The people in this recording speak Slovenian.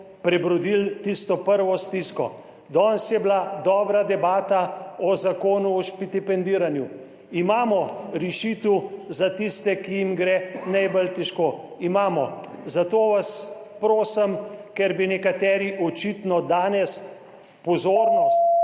prebrodili tisto prvo stisko? Danes je bila dobra debata o zakonu o štipendiranju. Imamo rešitev za tiste, ki jim gre najbolj težko, imamo. Zato vas prosim, ker bi nekateri očitno danes pozornost